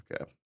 Okay